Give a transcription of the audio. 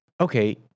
okay